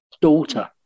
daughter